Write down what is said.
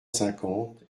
cinquante